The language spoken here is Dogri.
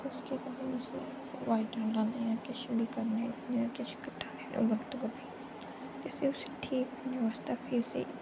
अस केह् करने कि उसी अवॉयड करने आं किश किट्ठा प्रोजेक्ट करने किश इस करी उस ठीक करने बास्तै फ्ही उसी